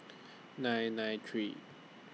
nine nine three